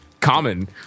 common